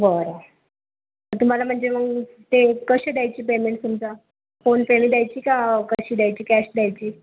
बरं तुम्हाला म्हणजे मग ते कसे द्यायचे पेमेंट तुमचा फोनपेने द्यायची का कशी द्यायची कॅश द्यायची